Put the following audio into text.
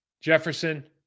Jefferson